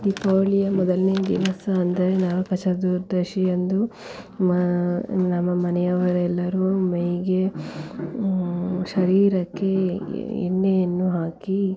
ದೀಪಾವಳಿಯ ಮೊದಲನೇ ದಿವಸ ಅಂದರೆ ನರಕ ಚತುರ್ದಶಿಯಂದು ಮಾ ನಮ್ಮ ಮನೆಯವರೆಲ್ಲರೂ ಮೈಗೆ ಶರೀರಕ್ಕೆ ಎಣ್ಣೆಯನ್ನು ಹಾಕಿ